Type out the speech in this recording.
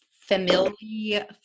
family